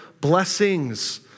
blessings